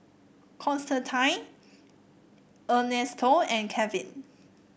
Constantine Ernesto and Kevin